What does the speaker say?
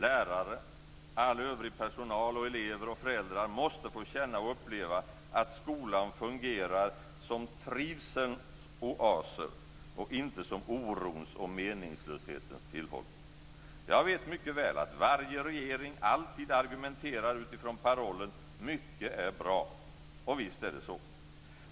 Lärare, all övrig personal, elever och föräldrar måste få känna och uppleva att skolan fungerar som trivselns oaser och inte som orons och meningslöshetens tillhåll. Jag vet mycket väl att varje regering alltid argumenterar utifrån parollen: Mycket är bra. Och visst är det så.